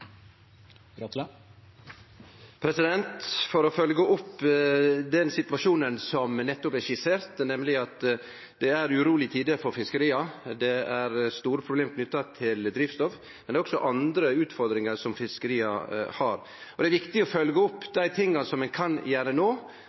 tider for fiskeria, det er store problem knytte til drivstoff, men det er også andre utfordringar som fiskeria har. Det er viktig å følgje opp dei tinga som ein kan gjere no,